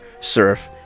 surf